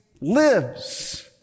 lives